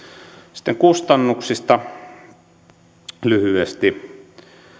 sitten kustannuksista lyhyesti